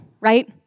right